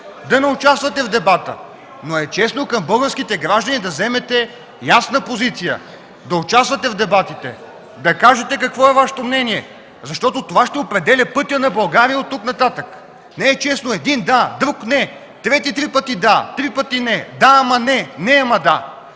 да не участвате в дебата. Но е честно към българските граждани да заемете ясна позиция, да участвате в дебатите, да кажете какво е Вашето мнение, защото това ще определя пътя на България оттук нататък. Не е честно: един – „да”, друг – „не”, трети – три пъти „да”, три пъти „не”, „да” ама „не”, „не” ама „да”!